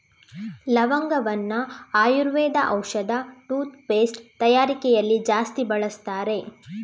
ಲವಂಗವನ್ನ ಆಯುರ್ವೇದ ಔಷಧ, toothpaste ತಯಾರಿಕೆಯಲ್ಲಿ ಜಾಸ್ತಿ ಬಳಸ್ತಾರೆ